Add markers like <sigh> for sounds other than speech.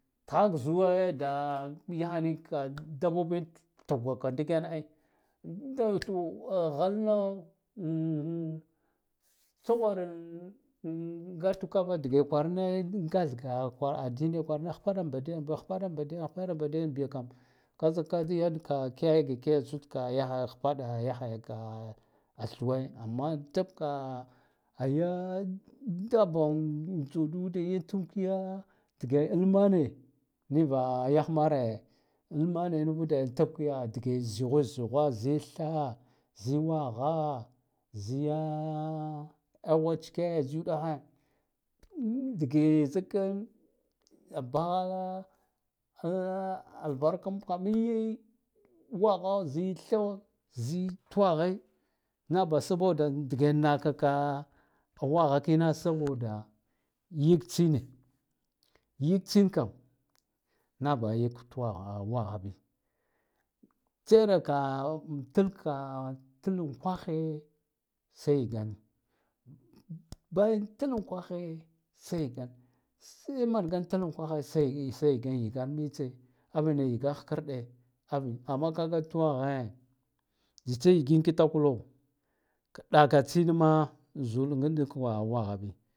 Tkhahak zuwe da yakhanin ka “da- dabbobi tuggaka ndiken ai to thu <hesitation> nghalno <hesitation> tsawar <hesitation> angatukava dige kwarana dik gathga “kwa adini kwarane khpaɗambadiyan biyo khpaɗam ba diyan biyo akhpaɗamba diyan biya kam ka zikka yan ka kiyegatsuk ka yakhayaka thwe amma tibka ya dabban tsuduwude ya tinkiya dige imane nuvude tibka dge sighud zighwa zi tha zi wagha ziya a zhwechke <hesitation> dige zika an bakhala <hesitation> albarkamb yi wagha zi tho zi twaghe nabaha sobode naka ka wagha kina saboda yik tsine yiktsinkam nabaha yik “wagha-wagha” bi tseraka <hesitation> <unintelligible> lalan kwaghe sai yi gan bayan tlankwaghe sai yigan se mangan tlankwaghe “se se yan mitse arena yigan ghkrɗe avin amma kaga twaghe zitsa yigan kitikwlo kɗaka tsin ma zulu a nga dika nga ndika waghabi.